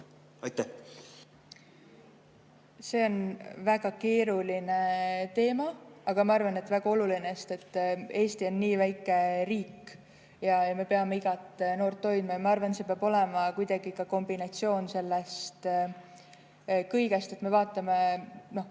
kool? See on väga keeruline teema, aga ma arvan, et väga oluline, sest Eesti on nii väike riik ja me peame igat noort hoidma. Ma arvan, et see peab olema kuidagi kombinatsioon sellest kõigest. Kui me vaatame,